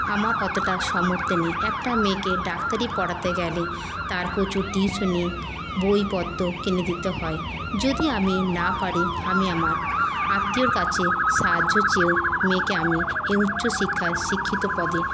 আমার অতটা সামর্থ্যে নেই একটা মেয়েকে ডাক্তারি পড়াতে গেলে তার প্রচুর টিউশানি বইপত্র কিনে দিতে হয় যদি আমি না পারি আমি আমার আত্মীয়র কাছে সাহায্য চেয়েও মেয়েকে আমি এই উচ্চ শিক্ষায় শিক্ষিত পদে